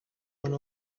one